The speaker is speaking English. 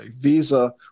visa